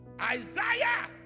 Isaiah